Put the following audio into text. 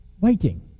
waiting